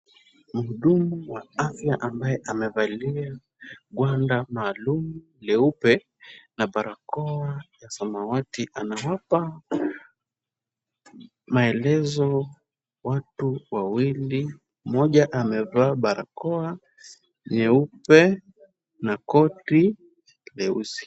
Muhudumu wa afya ambaye amevalia ngwanda maalum leupe na barakoa ya samawati, anawapa maelezo watu wawili. mmoja amevaa barakoa nyeupe na koti leusi.